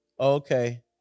okay